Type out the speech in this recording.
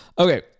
Okay